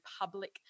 public